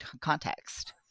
context